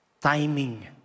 timing